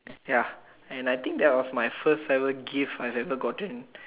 ya and I think that was my first ever gift I've ever gotten